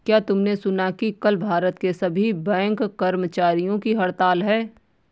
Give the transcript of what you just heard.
क्या तुमने सुना कि कल भारत के सभी बैंक कर्मचारियों की हड़ताल है?